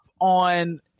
on